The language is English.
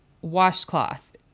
washcloth